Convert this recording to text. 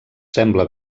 sembla